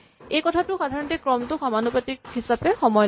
এইটো কথাই সাধাৰণতে ক্ৰমটোৰ সমানুপাতিক হিচাপে সময় লয়